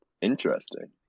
interesting